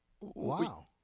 Wow